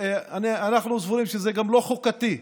ואנחנו סבורים שזה גם לא חוקתי,